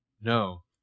No